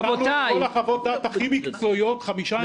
נתנו את כל חוות הדעת הכי מקצועיות חמישה ימים לפני.